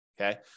Okay